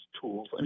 tools